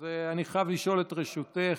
אז אני חייב לשאול את רשותך,